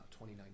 2019